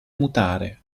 mutare